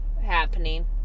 happening